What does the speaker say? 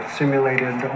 simulated